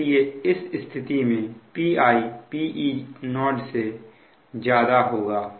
इसलिए इस स्थिति में Pi Peo से ज्यादा होगा